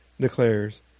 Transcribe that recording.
declares